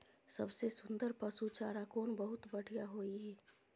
सबसे सुन्दर पसु चारा कोन बहुत बढियां होय इ?